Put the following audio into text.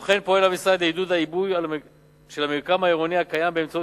כמו כן פועל המשרד לעידוד העיבוי של המרקם העירוני הקיים באמצעות